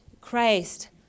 Christ